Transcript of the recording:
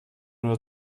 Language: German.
oder